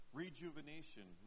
rejuvenation